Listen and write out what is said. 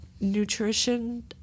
nutrition